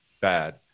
bad